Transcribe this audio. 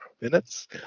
minutes